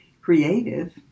creative